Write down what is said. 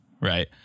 Right